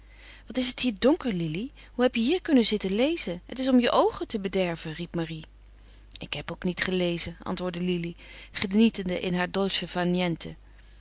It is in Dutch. wat is het hier donker lili hoe heb je hier kunnen zitten lezen het is om je oogen te bederven riep marie ik heb ook niet gelezen antwoordde lili genietende in haar